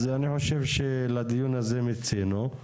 אז אני חושב שלדיון הזה מיצינו.